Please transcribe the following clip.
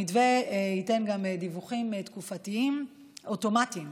המתווה ייתן גם דיווחים תקופתיים אוטומטיים